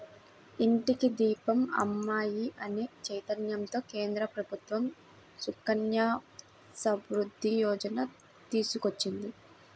ఇంటికి దీపం అమ్మాయి అనే చైతన్యంతో కేంద్ర ప్రభుత్వం సుకన్య సమృద్ధి యోజన తీసుకొచ్చింది